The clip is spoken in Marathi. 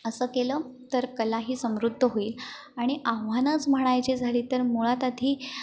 असं केलं तर कला ही समृद्ध होईल आणि आव्हानंच म्हणायची झाले तर मुळात आधी